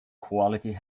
quality